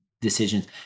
decisions